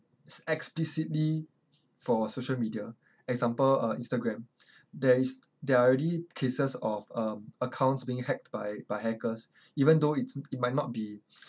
explicitly for social media example uh instagram there is there are already cases of um accounts being hacked by by hackers even though it's it might not be